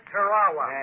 Tarawa